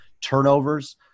turnovers